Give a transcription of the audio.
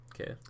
Okay